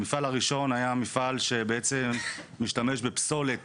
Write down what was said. המפעל הראשון היה מפעל שבעצם משתמש בפסולת